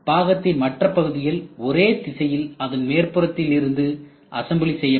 பாகத்தின்மற்ற பகுதிகள் ஒரே திசையில் அதன் மேற்புறத்தில் இருந்து அசம்பிளி செய்யப்படும்